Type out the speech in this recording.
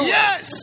yes